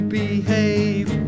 behave